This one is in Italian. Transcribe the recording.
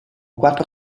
quattro